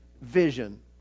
vision